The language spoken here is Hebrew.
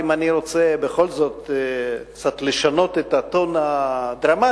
אם אני רוצה בכל זאת קצת לשנות את הטון הדרמטי,